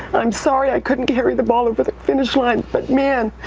i'm sorry i couldn't carry the ball over the finish line, but man,